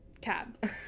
cab